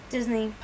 Disney